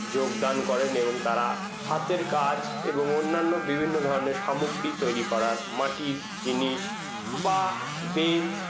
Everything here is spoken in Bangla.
যোগদান করেন এবং তারা হাতের কাজ এবং অন্যান্য বিভিন্ন ধরণের সামগ্রী তৈরি করার মাটির জিনিস বা বেত